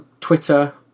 Twitter